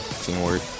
teamwork